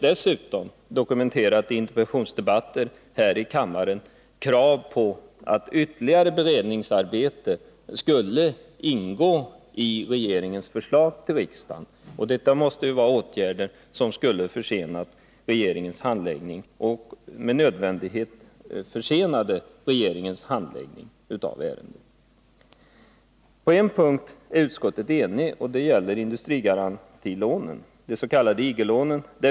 Dessutom finns dokumenterat från interpellationsdebatter här i kammaren krav på att ytterligare beredningsarbete skulle ingå i regeringens förslag till riksdagen. Detta måste ju vara åtgärder som skulle ha försenat regeringens handläggning av ärendet och som med nödvändighet gjorde det. På en punkt är utskottet enigt. Det gäller industrigarantilånen, de s.k. IG-lånen.